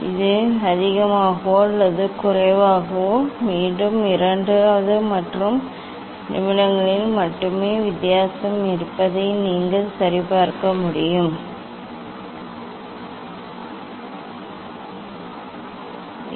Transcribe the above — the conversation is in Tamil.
இது அதிகமாகவோ அல்லது குறைவாகவோ மீண்டும் இரண்டாவது அல்லது நிமிடங்களில் மட்டுமே வித்தியாசம் இருப்பதை நீங்கள் சரிபார்க்க வேண்டும் பின்னர் இந்த 6 தரவின் சராசரியை எடுத்துக் கொள்ளுங்கள்